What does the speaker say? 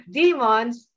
demons